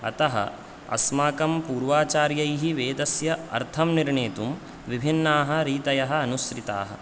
अतः अस्माकं पूर्वाचार्यैः वेदस्य अर्थं निर्णीतुं विभिन्नाः रीतयः अनुश्रिताः